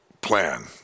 plan